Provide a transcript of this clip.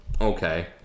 Okay